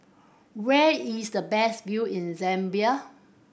where is the best view in Zambia